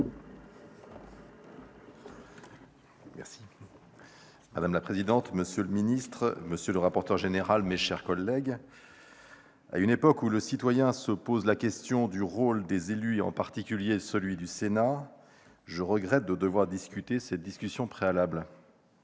Madame la présidente, monsieur le secrétaire d'État, monsieur le rapporteur général, mes chers collègues, à une époque où le citoyen se pose la question du rôle des élus, en particulier du Sénat, je regrette de devoir discuter de cette motion tendant